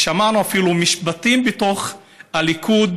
ושמענו אפילו משפטים בתוך הליכוד